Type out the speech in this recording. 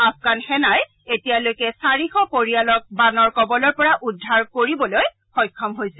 আফগান সেনাই এতিয়ালৈকে চাৰিশ পৰিয়ালক বানপানীৰ কবলৰ পৰা উদ্ধাৰ কৰিবলৈ সক্ষম হৈছে